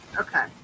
Okay